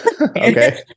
Okay